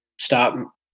stop